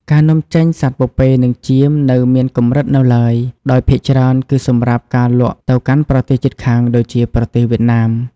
ការនាំចេញសត្វពពែនិងចៀមនៅមានកម្រិតនៅឡើយ ដោយភាគច្រើនគឺសម្រាប់ការលក់ទៅកាន់ប្រទេសជិតខាងដូចជាប្រទេសវៀតណាម។